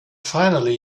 finally